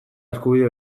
eskubide